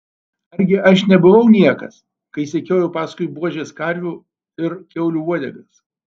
argi aš nebuvau niekas kai sekiojau paskui buožės karvių ir kiaulių uodegas